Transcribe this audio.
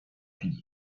finito